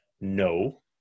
no